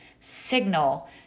signal